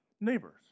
neighbors